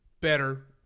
better